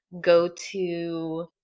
go-to